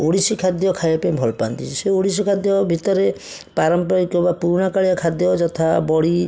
ଓଡ଼ିଶୀ ଖାଦ୍ୟ ଖାଇବାପାଇଁ ଭଲପାଆନ୍ତି ସେ ଓଡ଼ିଶୀ ଖାଦ୍ୟ ଭିତରେ ପାରମ୍ପରିକ ବା ପୁରୁଣା କାଳିଆ ଖାଦ୍ୟ ଯଥା ବଡ଼ି